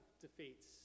defeats